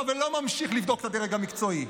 ולא ממשיך לבדוק את הדרג המקצועי?